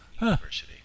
University